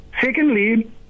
Secondly